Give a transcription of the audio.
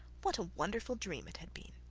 what a wonderful dream it had been.